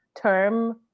term